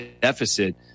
deficit